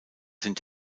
sind